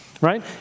right